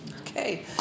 Okay